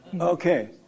Okay